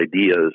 ideas